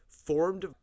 formed